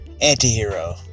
anti-hero